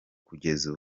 kugeza